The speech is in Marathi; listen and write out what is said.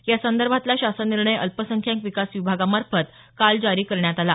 यासंदर्भातला शासन निर्णय अल्पसंख्याक विकास विभागामार्फत काल जारी करण्यात आला